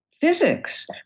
physics